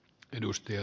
edustaja